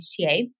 HTA